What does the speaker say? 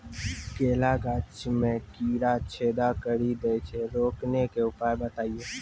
केला गाछ मे कीड़ा छेदा कड़ी दे छ रोकने के उपाय बताइए?